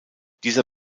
dieser